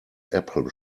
apple